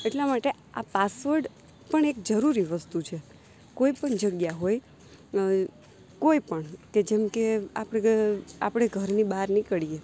એટલા માટે આ પાસવર્ડ પણ એક જરૂરી વસ્તુ છે કોઈપણ જગ્યા હોય કોઈપણ કે જેમકે આપણે ઘ ઘરની બહાર નીકળીએ